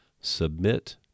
submit